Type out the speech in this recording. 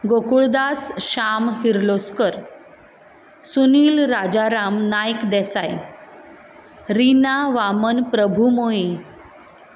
Gokuldas Shyam Kirloskar Sunil Rajaram Nayak Desai Rina Vaman Prabhu Moye